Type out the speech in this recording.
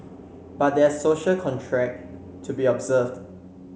but there's a social contract to be observed